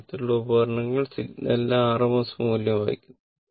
ഈ തരത്തിലുള്ള ഉപകരണങ്ങൾ സിഗ്നലിന്റെ RMS മൂല്യം വായിക്കുന്നു